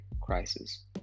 crisis